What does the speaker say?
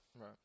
Right